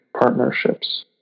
partnerships